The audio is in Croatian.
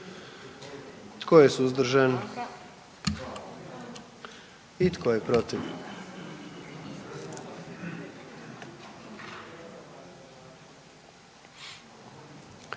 Tko je suzdržan? I tko je protiv?